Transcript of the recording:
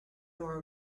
nor